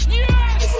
yes